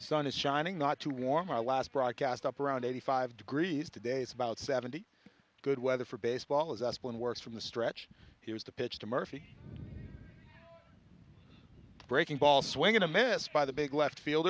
sun is shining not too warm our last broadcast up around eighty five degrees today is about seventy good weather for baseball as asplund works from the stretch he was to pitch to murphy breaking ball swinging a missed by the big left field